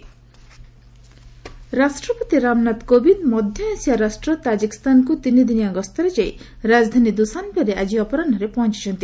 president visit ରାଷ୍ଟ୍ରପତି ରାମନାଥ କୋବିନ୍ଦ୍ ମଧ୍ୟ Asia ରାଷ୍ଟ୍ର ତାଜିକିସ୍ତାନକୁ ତିନିଦିନିଆ ଗସ୍ତରେ ଯାଇ ରାଜଧାନୀ ଦୁସାନ୍ବେରେ ଆଜି ଅପରାହ୍ରରେ ପହଞ୍ଚୁଛନ୍ତି